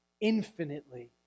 infinitely